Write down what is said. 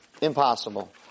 impossible